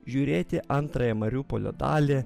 žiūrėti antrąją mariupolio dalį